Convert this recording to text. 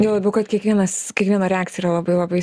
juo labiau kad kiekvienas kiekvieno reakcija labai labai